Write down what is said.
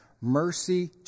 mercy